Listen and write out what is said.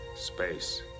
space